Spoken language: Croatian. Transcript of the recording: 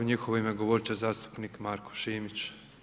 U njihovo ime govorit će zastupnik Marko Šimić.